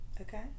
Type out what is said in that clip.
Okay